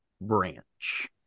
branch